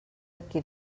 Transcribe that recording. aquí